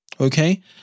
okay